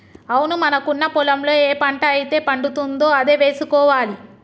అవును మనకున్న పొలంలో ఏ పంట అయితే పండుతుందో అదే వేసుకోవాలి